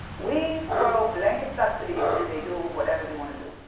we throw blanket subsidies and they do whatever they want to do.